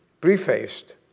prefaced